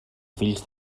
fills